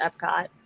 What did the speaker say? Epcot